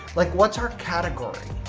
like, what's our category?